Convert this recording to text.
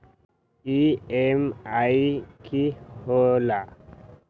EMI की होला?